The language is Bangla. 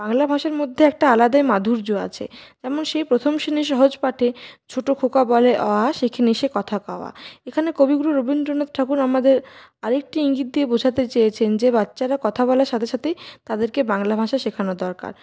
বাংলা ভাষার মধ্যে একটা আলাদাই মাধুর্য আছে যেমন সেই প্রথম শ্রেণীর সহজপাঠে ছোটো খোকা বলে অ আ শেখেনি সে কথা কওয়া এখানে কবিগুরু রবীন্দ্রনাথ ঠাকুর আমাদের আরেকটি ইঙ্গিত দিয়ে বোঝাতে চেয়েছেন যে বাচ্চারা কথা বলার সাথে সাথেই তাদেরকে বাংলা ভাষা শেখানো দরকার